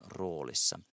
roolissa